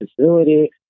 facility